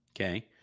Okay